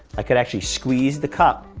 i could actually squeeze the cup